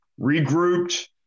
regrouped